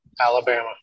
Alabama